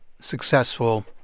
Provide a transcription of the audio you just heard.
successful